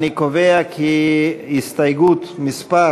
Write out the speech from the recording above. אני קובע כי הסתייגות מס'